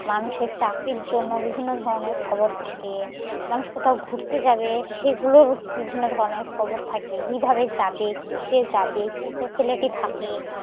মানুষের চাকরির জন্য বিভিন্ন ধরনের খবর থাকে মানুষ কোথাও ঘুরতে যাবে সেগুলোর বিভিন্ন ধরনের খবর থাকে কীভাবে যাবে কী সেে যাবে কী ফেসিলিটি থাকে